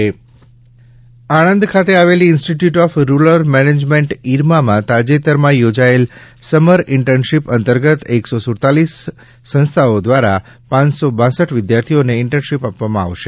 IRMA internship Anand ખાતે આવેલી institute of rural management ઈરમામાં તાજેતરમાં યોજાયેલ સમર ઈન્ટર્નશીપ અંતર્ગત એક સો સુડતાલીસ સંસ્થાઓ દ્વારા પાંચસો બાંસઠ વિદ્યાર્થીઓને ઈન્ટર્નશીપ આપવામાં આવશે